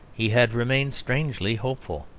he had remained strangely hopeful.